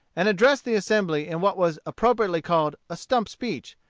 and addressed the assembly in what was appropriately called a stump speech,